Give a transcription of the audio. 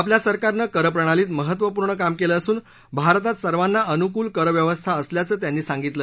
आपल्या सरकारनं करप्रणालीत महत्वपूर्ण काम केलं असून भारतात सर्वांना अन्कूल कर व्यवस्था असल्याचं त्यांनी सांगितलं